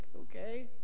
Okay